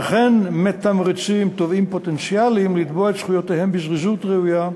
וכן מתמרצים תובעים פוטנציאליים לתבוע את זכויותיהם בזריזות ראויה.